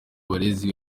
abarezi